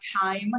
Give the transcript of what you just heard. time